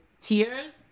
tears